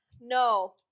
No